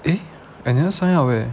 eh I never sign up eh